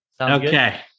Okay